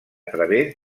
través